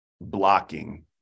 Blocking